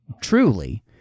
Truly